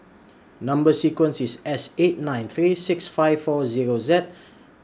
Number sequence IS S eight nine three six five four Zero Z